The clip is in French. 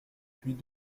puis